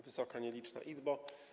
Wysoka nieliczna Izbo!